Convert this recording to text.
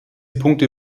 punkte